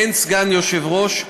אין סגן יושב-ראש,